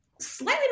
slightly